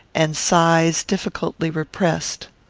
and sighs difficultly repressed.